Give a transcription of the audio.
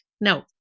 No